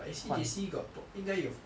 but A_C_J_C got 应该有